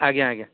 ଆଜ୍ଞା ଆଜ୍ଞା